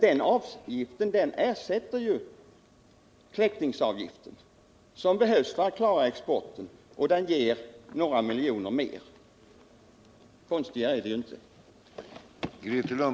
Den differentierade avgiften ersätter ju kläckningsavgiften.